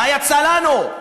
מה יצא לנו?